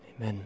amen